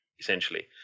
essentially